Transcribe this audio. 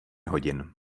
hodin